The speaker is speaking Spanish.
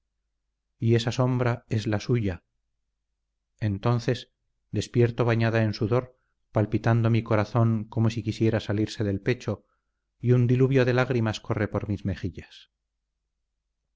y esta sombra es la suya entonces despierto bañada en sudor palpitando mi corazón como si quisiera salirse del pecho y un diluvio de lágrimas corre por mis mejillas